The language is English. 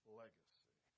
legacy